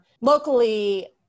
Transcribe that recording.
locally